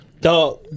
Dog